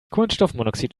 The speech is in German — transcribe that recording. kohlenstoffmonoxid